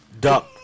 duck